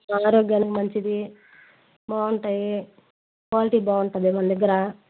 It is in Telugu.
ఆరోగ్యానికి మంచిది బాగుంటాయి క్వాలిటీ బాగుంటుంది మన దగ్గర